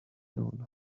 noon